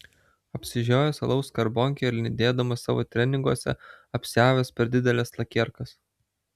apsižiojęs alaus skarbonkę ir lindėdamas savo treninguose apsiavęs per dideles lakierkas